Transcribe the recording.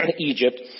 Egypt